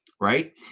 Right